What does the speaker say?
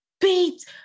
Beats